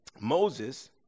Moses